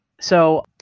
So-